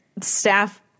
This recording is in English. Staff